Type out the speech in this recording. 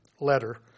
letter